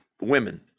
women